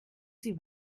sie